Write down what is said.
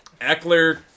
Eckler